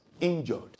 injured